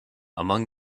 among